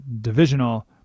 divisional